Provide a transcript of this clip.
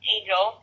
Angel